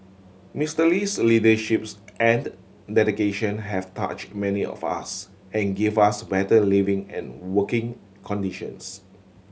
Mister Lee's leaderships and dedication have touch many of us and give us better living and working conditions